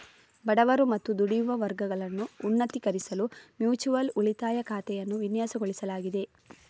ಬಡವರು ಮತ್ತು ದುಡಿಯುವ ವರ್ಗಗಳನ್ನು ಉನ್ನತೀಕರಿಸಲು ಮ್ಯೂಚುಯಲ್ ಉಳಿತಾಯ ಖಾತೆಯನ್ನು ವಿನ್ಯಾಸಗೊಳಿಸಲಾಗಿದೆ